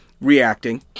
reacting